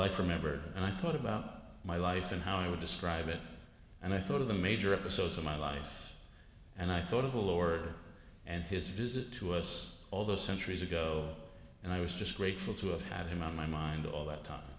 life remembered and i thought about my life and how i would describe it and i thought of the major episodes in my life and i thought of the lord and his visit to us all those centuries ago and i was just grateful to have had him on my mind all that time